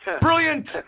Brilliant